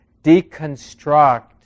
deconstruct